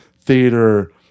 theater